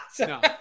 No